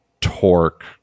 torque